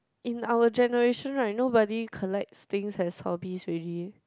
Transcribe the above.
in our generation right nobody collects things as hobbies ready eh